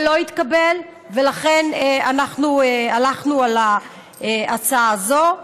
זה לא התקבל, ולכן אנחנו הלכנו על ההצעה הזאת.